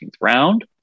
round